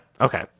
Okay